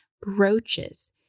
brooches